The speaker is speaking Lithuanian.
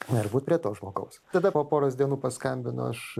na ir būt prie to žmogaus tada po poros dienų paskambinu aš